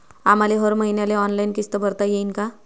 आम्हाले हर मईन्याले ऑनलाईन किस्त भरता येईन का?